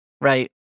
right